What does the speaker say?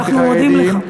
אנחנו מודים לך.